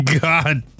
God